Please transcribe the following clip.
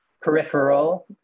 peripheral